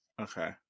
Okay